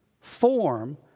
Form